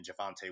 Javante